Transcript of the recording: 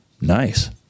Nice